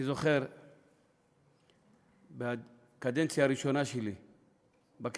אני זוכר שבקדנציה הראשונה שלי בכנסת